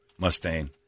Mustaine